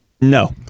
no